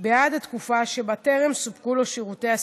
בעד התקופה שבה טרם סופקו לו שירותי הסיעוד.